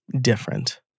different